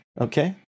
Okay